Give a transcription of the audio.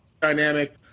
dynamic